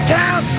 town